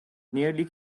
nearly